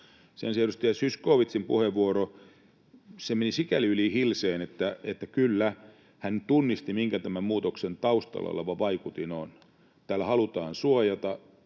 Sen sijaan edustaja Zyskowiczin puheenvuoro meni vähän yli hilseen. Kyllä, hän tunnisti, mikä tämän muutoksen taustalla oleva vaikutin on: tällä halutaan suojata